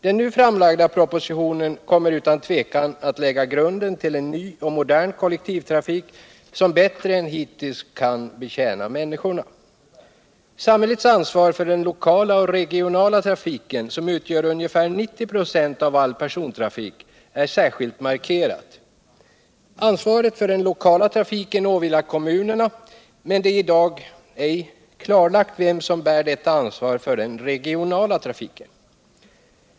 Den nu framlagda propositionen kommer utan tvivel att lägga grunden till en ny och modern kollektivtrafik som bättre än hittills kan betjäna människorna. Samhällets ansvar för den lokala och regionala trafiken, som utgör ungefär 90 96 av all persontrafik, är särskilt markerat. Ansvaret för den lokala trafiken åvilar kommunerna, medan det i dag ej är klarlagt vem som bär detta ansvar för den regionala trafiken.